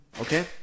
Okay